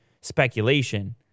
speculation